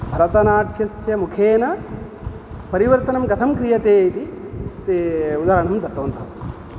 भरतनाट्यस्य मुखेन परिवर्तनं कथं क्रियते इति ते उदाहरणं दत्तवन्तः स्म